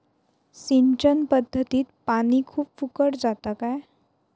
सिंचन पध्दतीत पानी खूप फुकट जाता काय?